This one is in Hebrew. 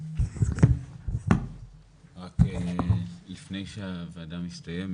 לפני שהוועדה מסתיימת,